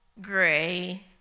gray